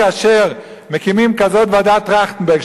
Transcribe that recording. כאשר מקימים כזאת ועדת-טרכטנברג,